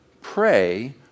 Pray